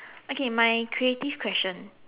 okay my creative question